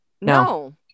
No